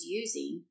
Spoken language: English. using